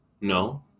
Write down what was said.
No